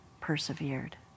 persevered